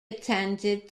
attended